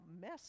mess